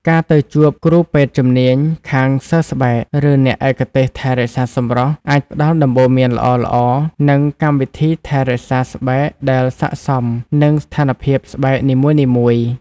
ការទៅជួបគ្រូពេទ្យជំនាញខាងសើស្បែក ឬអ្នកឯកទេសថែរក្សាសម្រស់ អាចផ្តល់ដំបូន្មានល្អៗ និងកម្មវិធីថែរក្សាស្បែកដែលសាកសមនឹងស្ថានភាពស្បែកនីមួយៗ ។